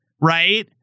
right